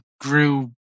grew